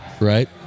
Right